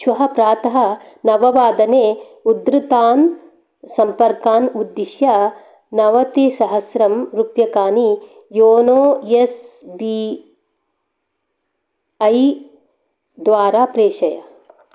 श्वः प्रातः नववादने उद्धृतान् सम्पर्कान् उद्दिश्य नवतिसहस्ररूप्यकाणि योनो एस् बी ऐ द्वारा प्रेषय